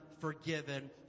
forgiven